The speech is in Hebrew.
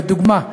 לדוגמה,